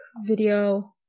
video